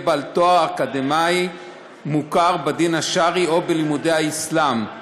בעל תואר אקדמי מוכר בדין השרעי או בלימודי האסלאם,